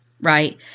right